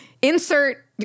insert